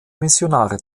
missionare